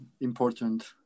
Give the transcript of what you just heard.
important